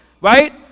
Right